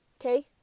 okay